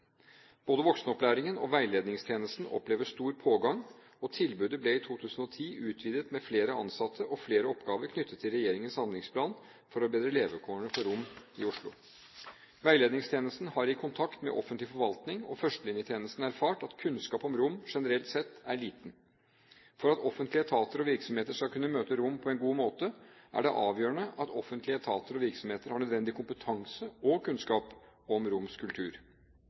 Både voksenopplæringen og veiledningstjenesten opplever stor pågang. Tilbudet ble i 2010 utvidet med både flere ansatte og flere oppgaver knyttet til regjeringens handlingsplan for å bedre levekårene til romene i Oslo. Veiledningstjenesten har i kontakt med offentlig forvaltning og førstelinjetjenesten erfart at kunnskap om romene generelt sett er liten. For at offentlige etater og andre virksomheter skal kunne møte romene på en god måte, er det avgjørende at offentlige etater og virksomheter har nødvendig kompetanse og kunnskap om romenes kultur.